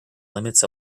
limits